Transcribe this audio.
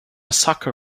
sucker